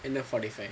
என்ன:enna forty five